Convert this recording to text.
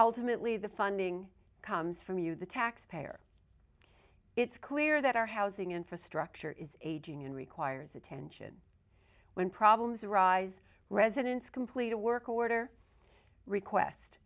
ultimately the funding comes from you the taxpayer it's clear that our housing infrastructure is aging and requires attention when problems arise residents complete a work order request